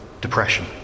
depression